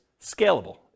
scalable